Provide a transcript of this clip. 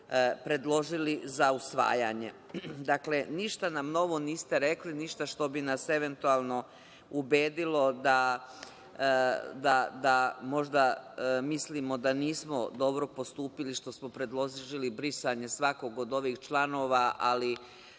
za usvajanje. Dakle, ništa nam novo niste rekli, ništa što bi nas eventualno, ubedilo da možda mislimo da možda nismo dobro postupili što smo predložili brisanje svakog od ovih članova. Ali,